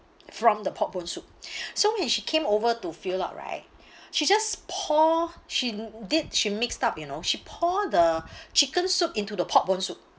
from the pork bone soup so when she came over to fill up right she just pour she did she mixed up you know she pour the chicken soup into the pork bone soup